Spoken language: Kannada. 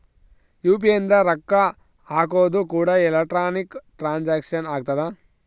ಯು.ಪಿ.ಐ ಇಂದ ರೊಕ್ಕ ಹಕೋದು ಕೂಡ ಎಲೆಕ್ಟ್ರಾನಿಕ್ ಟ್ರಾನ್ಸ್ಫರ್ ಆಗ್ತದ